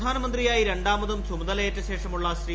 പ്രധാനമന്ത്രിയായി രണ്ടാമതും ചുമതലയേറ്റ ശേഷമുള്ള ശ്രീ